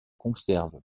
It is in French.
conserve